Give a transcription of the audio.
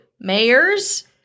Mayors